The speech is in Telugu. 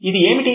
ఇది ఏమిటి